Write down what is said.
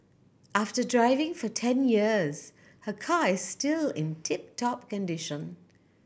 after driving for ten years her car is still in tip top condition